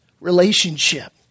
relationship